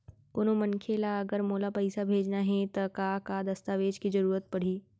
कोनो मनखे ला अगर मोला पइसा भेजना हे ता का का दस्तावेज के जरूरत परही??